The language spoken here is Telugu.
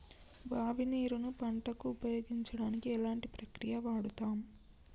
బావి నీరు ను పంట కు ఉపయోగించడానికి ఎలాంటి ప్రక్రియ వాడుతం?